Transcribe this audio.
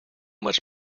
much